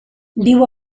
viu